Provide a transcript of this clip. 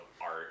art